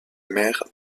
maire